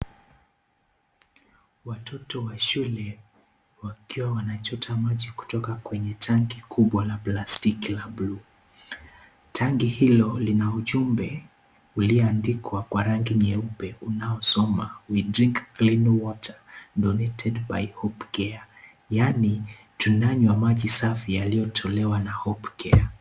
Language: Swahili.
Watoto wa shule wakiwa wanachota maji kutoka kwa tangi kubwa la plastiki la bluu. Tangi hilo lina ujumbe ulioandikwa kwa rangi nyeupe unaosoma (cs) we drink clean water donated by Hopecare , yaani tunanywa maji safi yaliyotolewa na Hopecare.